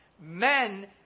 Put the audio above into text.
men